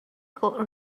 could